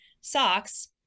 socks